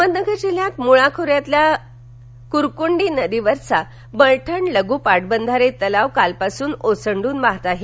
अहमदनगर जिल्ह्यात मुळा खोऱ्यातला कुरकुंडी नदीवरचा बलठण लघू पाटबंधारे तलाव कालपासून ओसंडून वाहत आहे